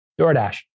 DoorDash